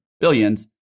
billions